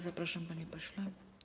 Zapraszam, panie pośle.